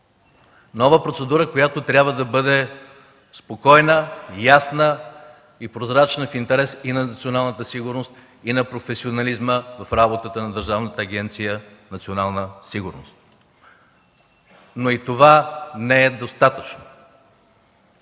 нова процедура, която трябва да бъде спокойна, ясна и прозрачна в интерес на националната сигурност и на професионализма в работата на Държавната агенция „Национална сигурност”. Но и това не е достатъчно.